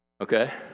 okay